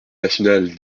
national